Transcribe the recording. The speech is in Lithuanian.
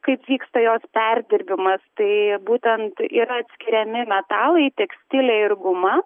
kaip vyksta jos perdirbimas tai būtent yra atskiriami metalai tekstilė ir guma